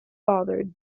father